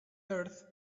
earth